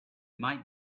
might